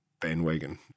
bandwagon